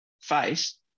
face